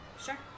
Sure